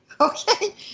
okay